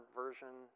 version